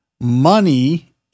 money